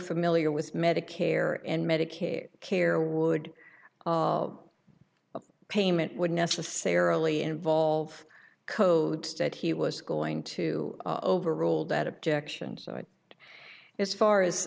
familiar with medicare and medicaid care would a payment would necessarily involve code that he was going to overrule that objection so it is far as